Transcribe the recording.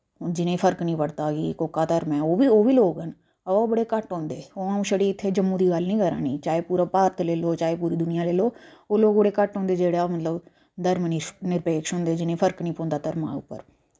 जिन्ने गी की फर्क निं पड़ता ओह्बी लोक न बाऽ ओह् बड़े घट्ट होंदे अंऊ छड़ी जम्मू दी गल्ल निं करानी चाहे पूरा भारत लेई लैओ चाहे पूरी दूनिया लेई लैओ ओह् लोक बड़े घट्ट होंदे जेह्ड़ा की मतलब धर्म निरपेक्ष होंदे जिनेंगी फर्क निं पौंदा धर्में उप्पर